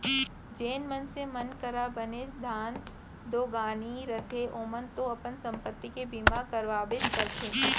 जेन मनसे मन करा बनेच धन दो गानी रथे ओमन तो अपन संपत्ति के बीमा करवाबेच करथे